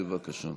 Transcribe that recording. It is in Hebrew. בבקשה.